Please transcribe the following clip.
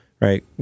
right